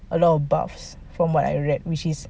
a lot of buffs from what I read which is